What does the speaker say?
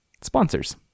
sponsors